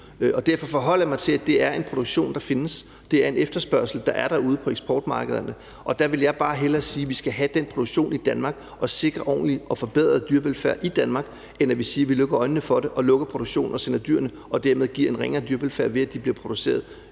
at jeg forholder mig til, at det er en produktion, der findes. Det er en efterspørgsel, der er derude på eksportmarkederne, og der vil jeg bare hellere sige, at vi skal have den produktion i Danmark og sikre en ordentlig og forbedret dyrevelfærd i Danmark, end at sige, at vi lukker øjnene for det, lukker produktionen, sender dyrene væk og dermed giver en ringere dyrevelfærd, ved at de bliver produceret